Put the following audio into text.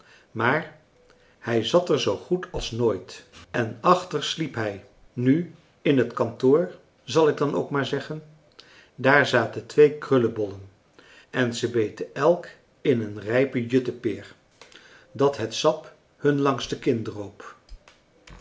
maar hij zat er zoo goed als nooit en achter sliep hij nu in het kantoor zal ik dan ook maar zeggen daar zaten twee krullebollen en ze beten elk in een rijpe juttepeer dat het sap hun langs de kin